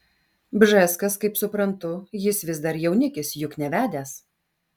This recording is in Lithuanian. bžeskas kaip suprantu jis vis dar jaunikis juk nevedęs